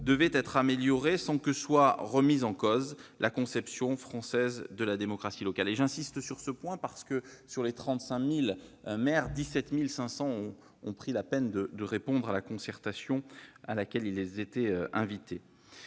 devaient être améliorées, sans que soit remise en cause la conception française de la démocratie locale. J'insiste sur ce point, parce que 17 500 des 35 000 maires ont pris la peine de répondre à la concertation à laquelle ils étaient conviés.